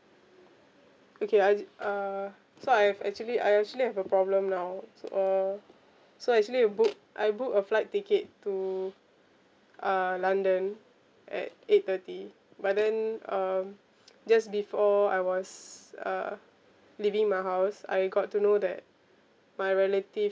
okay I j~ uh so I have actually I actually have a problem now so uh so actually I book I book a flight ticket to uh london at eight thirty but then um just before I was uh leaving my house I got to know that my relative